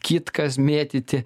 kitkas mėtyti